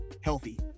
healthy